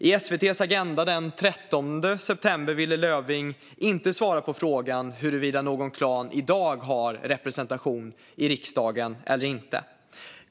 I SVT:s Agenda den 13 september ville Löfving inte svara på frågan huruvida någon klan i dag har representation i riksdagen.